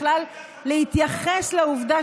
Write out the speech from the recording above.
בכלל להתייחס לעובדה,